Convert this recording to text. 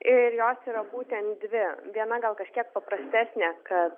ir jos yra būtent dvi viena gal kažkiek paprastesnė kad